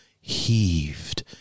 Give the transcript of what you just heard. heaved